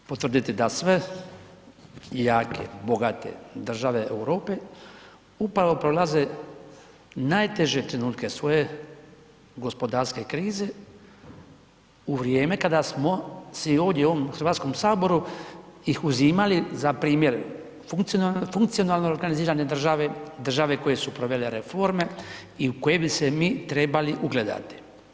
Možemo potvrditi da sve jake, bogate države Europe upravo prolaze najteže trenutke svoje gospodarske krize u vrijeme kada smo svi ovdje i u ovom HS-u ih uzimali za primjere funkcionalne organizirane države, države koje su provele reforme i koje bi se mi trebali ugledati.